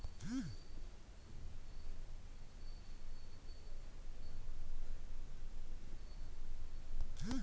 ಸರಕುಗಳಲ್ಲಿ ವರ್ಗಾವಣೆ ಮಾಡಬಹುದಾದ ಮತ್ತು ಮಾಡಲಾಗದ ಸರಕುಗಳು ಅಂತ ಎರಡು ವಿಧಗಳಿವೆ